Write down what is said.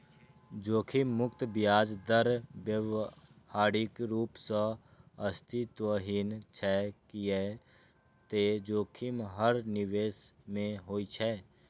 जोखिम मुक्त ब्याज दर व्यावहारिक रूप सं अस्तित्वहीन छै, कियै ते जोखिम हर निवेश मे होइ छै